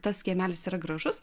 tas kiemelis yra gražus